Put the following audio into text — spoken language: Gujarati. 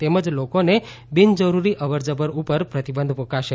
તેમજ લોકોને બિન જરૂરી અવર જવર ઉપર પ્રતિબંધ મુકાશે